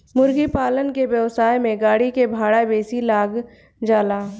मुर्गीपालन के व्यवसाय में गाड़ी के भाड़ा बेसी लाग जाला